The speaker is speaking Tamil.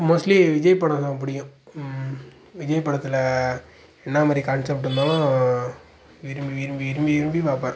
மோஸ்ட்லி விஜய் படம்தான் பிடிக்கும் விஜய் படத்தில் என்னாமாதிரி கான்சாப்ட்டுனால் விரும்பி விரும்பி விரும்பி விரும்பி பார்ப்பேன்